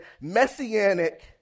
messianic